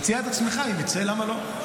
תציע את עצמך, אם יצא, למה לא.